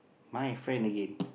my friend again